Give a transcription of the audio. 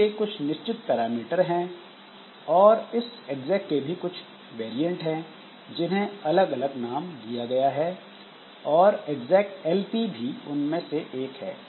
C के कुछ निश्चित पैरामीटर हैं और इस exec के भी कुछ वैरीअंट हैं जिन्हें अलग अलग नाम दिया गया है और execlp भी उनमें से एक है